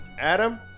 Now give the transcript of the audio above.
Adam